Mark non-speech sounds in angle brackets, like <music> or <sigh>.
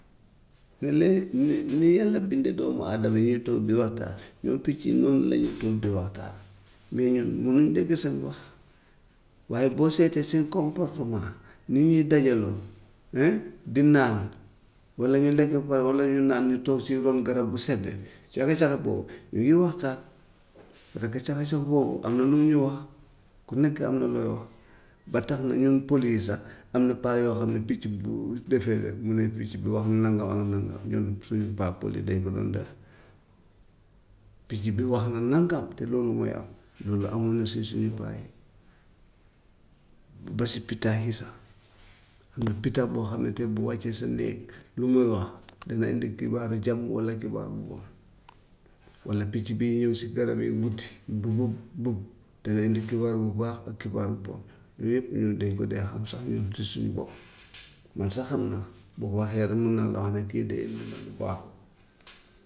Nële ni ni yàlla bindee doomu adama ñuy toog di waxtaan <noise> ñoom picc yi noonu la ñuy toog di waxtaan <noise> mais ñun munuñ dégg seen wax, waaye boo seetee seen comportement nu ñuy dajaloo eh di naan, walla ñu lekk ba pare walla ñu naan ñu toog si ron garab bu sedd saxa-saxa boobu ñu ngi waxtaan <noise> fekk saxa-sax boobu am na lu muy wax ku nekk am na looy wax. Ba tax na même pël yi sax am na paa yoo xam xam ne picc bu defee rek mu ne picc bi wax na nangam ak nangam ñoom suñu paa pël yi dañ ko doon def. Picc bi wax na nangam te loolu mooy am <noise> loolu amoon na si suñu paa yi, ba si pitax yi sax. <noise> Am na pitax boo xam ne tey bu wàccee sa néeg lu mu wax na la indil xibaaru jàmm walla xibaaru bon, walla picc bii ñëw si garab yi guddi bu bu bu dalay indi xibaar bu baax ak xibaar bu bon yooyu yëpp ñun dañ ko dee xam sax ñun si suñu bopp <noise> man sax xam naa bu waxee rek mun naa la wax ne kii de <noise> indi na lu baaxut. <noise>